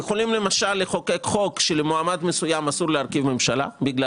יכולים למשל לחוקק שלמועמד מסוים אסור להרכיב ממשלה בגלל